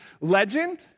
Legend